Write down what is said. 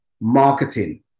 marketing